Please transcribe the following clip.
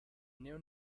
new